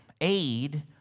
aid